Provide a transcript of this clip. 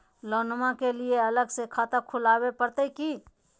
लोनमा के लिए अलग से खाता खुवाबे प्रतय की?